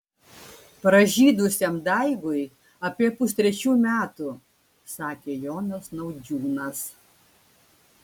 pražydusiam daigui apie pustrečių metų sakė jonas naudžiūnas